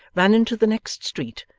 ran into the next street,